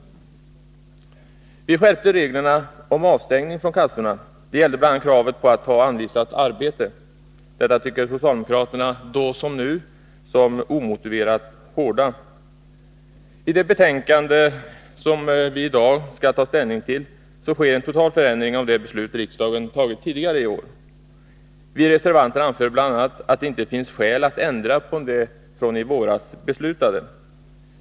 Vi skärpte vidare reglerna om avstängning från kassorna. Det gällde bl.a. kravet på att ta anvisat arbete. Detta krav tycker socialdemokraterna, då som nu, är omotiverat hårt. I det betänkande vi i dag skall ta ställning till föreslås en total förändring av det beslut som riksdagen fattade tidigare i år. Vi reservanter anför bl.a. att det inte finns skäl att ändra på det som beslutades i våras.